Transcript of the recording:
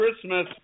Christmas